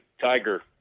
Tiger